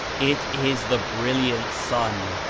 it is the brilliant sun,